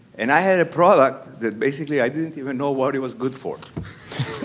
and i had a product that basically i didn't even know what it was good for.